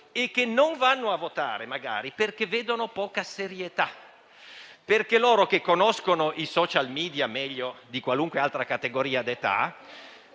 ma non vanno a votare, magari perché vedono poca serietà e, conoscendo i *social media* meglio di qualunque altra categoria d'età,